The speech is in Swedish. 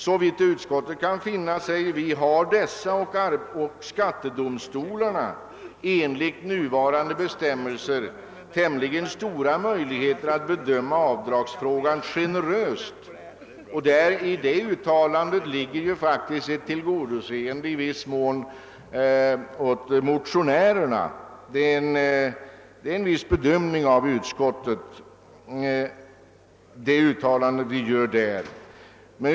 Såvitt utskottet kan finna har skattemyndigheterna och skattedomstolarna med nuvarande bestämmelser ganska stora möjligheter att bedöma avdragsfrågan generöst. I den bedömningen ligger faktiskt i viss mån ett tillgodoseende av motionärernas önskemål.